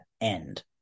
end